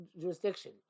jurisdiction